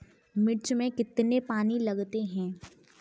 मिर्च में कितने पानी लगते हैं?